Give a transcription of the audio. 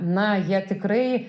na jie tikrai